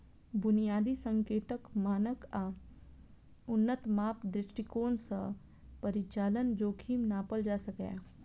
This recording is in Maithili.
बुनियादी संकेतक, मानक आ उन्नत माप दृष्टिकोण सं परिचालन जोखिम नापल जा सकैए